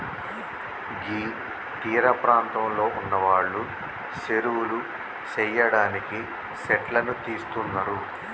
గీ తీరపాంతంలో ఉన్నవాళ్లు సెరువులు సెయ్యడానికి సెట్లను తీస్తున్నరు